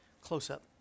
close-up